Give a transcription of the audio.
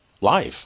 life